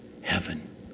Heaven